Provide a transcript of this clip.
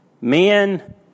Men